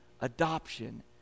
adoption